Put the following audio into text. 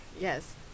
Yes